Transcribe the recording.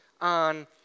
on